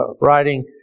writing